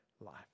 life